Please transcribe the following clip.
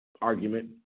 argument